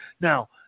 Now